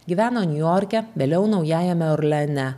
gyveno niujorke vėliau naujajame orleane